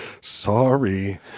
Sorry